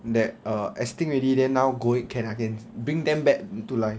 that err extinct already then now going can I can bring them back to life